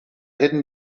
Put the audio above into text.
hidden